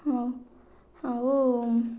ହଉ ଆଉ